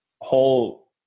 whole